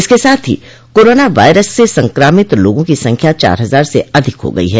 इसके साथ ही कोरोना वायरस से संक्रामित लोगों की संख्या चार हजार से अधिक हो गयी है